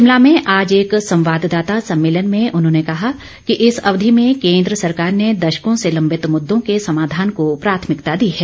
शिमला में आज एक संवाददाता सम्मेलन में उन्होंने कहा कि इस अवधि में केन्द्र सरकार ने दशको से लंबित मुद्दों के समाधान को प्राथमिकता दी है